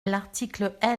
l’article